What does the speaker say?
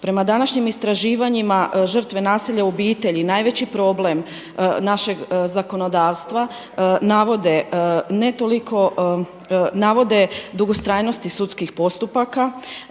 Prema današnjim istraživanjima žrtve nasilja u obitelji najveći problem našeg zakonodavstva navode ne toliko, navode dugotrajnosti sudskih postupaka,